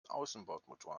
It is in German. außenbordmotor